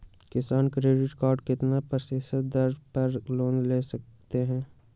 किसान credit card कितना फीसदी दर पर लोन ले सकते हैं?